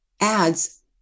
ads